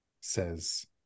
Says